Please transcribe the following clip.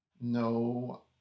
No